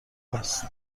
است